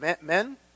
men